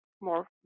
more